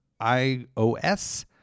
iOS